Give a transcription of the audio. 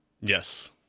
Yes